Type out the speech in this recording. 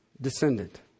descendant